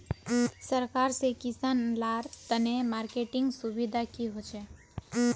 सरकार से किसान लार तने मार्केटिंग सुविधा की होचे?